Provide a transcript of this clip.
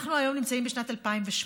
אנחנו היום נמצאים בשנת 2018,